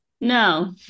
No